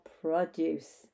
produce